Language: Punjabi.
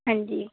ਹਾਂਜੀ